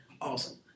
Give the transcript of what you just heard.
Awesome